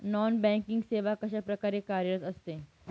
Non banking सेवा कशाप्रकारे कार्यरत असते?